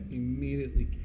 immediately